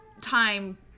Time